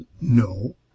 No